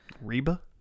Reba